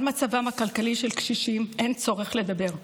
על מצבם הכלכלי של קשישים אין צורך לדבר,